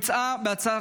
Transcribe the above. בהסכמת